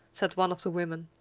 said one of the women.